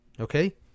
okay